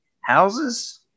houses